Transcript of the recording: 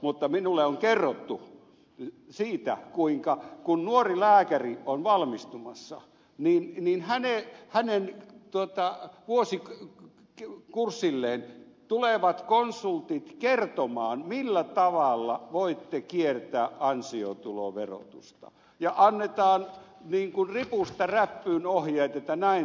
mutta minulle on kerrottu siitä että kun nuori lääkäri on valmistumassa niin hänen vuosikurssilleen tulevat konsultit kertomaan millä tavalla voitte kiertää ansiotuloverotusta ja annetaan niin kun ripusta räppyyn ohjeet että näin se temppu tehdään